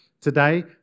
today